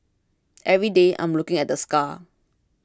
every day I'm looking at the scar